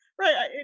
Right